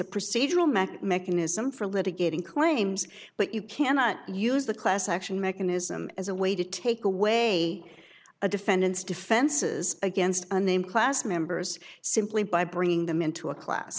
a procedural matter mechanism for litigating claims but you cannot use the class action mechanism as a way to take away a defendant's defenses against a name class members simply by bringing them into a class